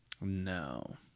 No